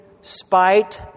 spite